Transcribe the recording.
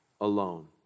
alone